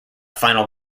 final